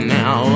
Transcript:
now